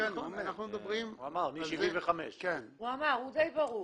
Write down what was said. הוא אמר, הוא דיי ברור.